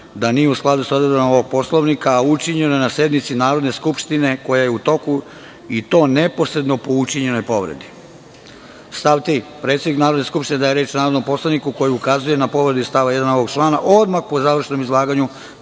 da nije u skladu sa odredbama ovog poslovnika, a učinjeno je na sednici Narodne skupštine koja je u toku i to neposredno po učinjenoj povredi. Stav 3. – predsednik Narodne skupštine daje reč narodnom poslaniku koji ukazuje na povredu iz stava 1. ovog člana odmah po završenom izlaganju